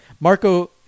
Marco